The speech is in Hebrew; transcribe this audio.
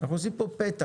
אנחנו עושים פה פתח,